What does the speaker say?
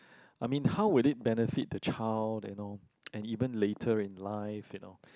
I mean how will it benefit the child they know and even later in life you know